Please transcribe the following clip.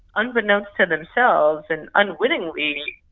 unbeknownst to themselves and unwittingly,